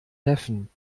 neffen